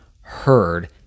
heard